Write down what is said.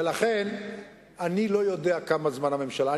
לכן אני לא יודע כמה זמן הממשלה תכהן.